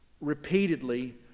repeatedly